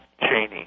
Cheney